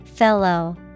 Fellow